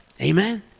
Amen